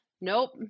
Nope